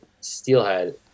steelhead